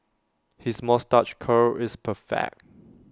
his moustache curl is perfect